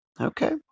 okay